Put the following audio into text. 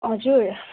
हजुर